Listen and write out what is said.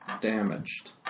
damaged